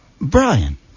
Brian